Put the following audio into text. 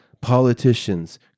politicians